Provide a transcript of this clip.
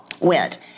went